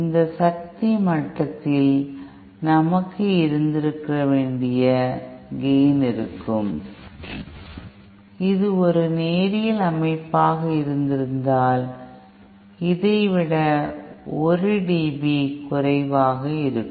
இந்த சக்தி மட்டத்தில் நமக்கு இருந்திருக்க வேண்டிய கேய்ன் இருக்கும் இது ஒரு நேரியல் அமைப்பாக இருந்திருந்தால் இதை விட 1 db குறைவாக இருக்கும்